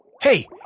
Hey